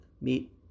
meet